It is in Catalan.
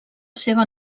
seva